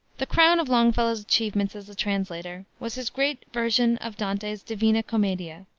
the crown of longfellow's achievements as a translator was his great version of dante's divina commedia,